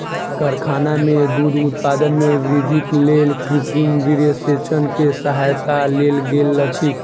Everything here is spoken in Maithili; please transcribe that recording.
कारखाना में दूध उत्पादन में वृद्धिक लेल कृत्रिम वीर्यसेचन के सहायता लेल गेल अछि